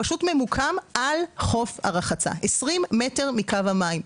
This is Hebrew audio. הוא פשוט ממוקם על חוף הרחצה 20 מטר מקו המים,